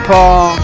Paul